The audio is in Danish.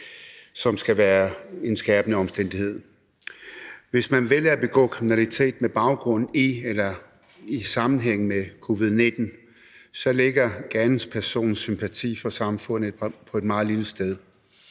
som skal være en skærpende omstændighed. Hvis man vælger at begå kriminalitet med baggrund i eller i sammenhæng med covid-19, ligger gerningspersonens sympati for samfundet på et meget lille sted.